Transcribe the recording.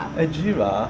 a giraffe